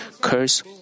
curse